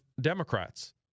Democrats